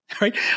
right